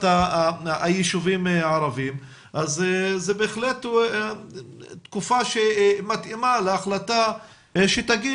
הישובים הערבים אז זה בהחלט תקופה שמתאימה להחלטה שתגיד